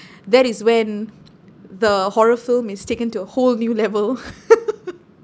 that is when the horror film is taken to a whole new level